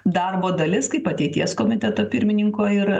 darbo dalis kaip ateities komiteto pirmininko ir